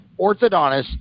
orthodontist